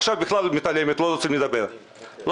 עכשיו היא בכלל מתעלמת, לא רוצה לדבר עם העובדים.